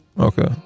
okay